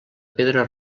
pedra